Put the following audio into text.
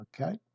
Okay